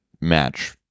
match